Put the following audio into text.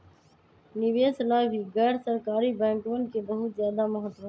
निवेश ला भी गैर सरकारी बैंकवन के बहुत ज्यादा महत्व हई